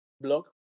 blog